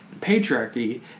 Patriarchy